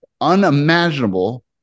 unimaginable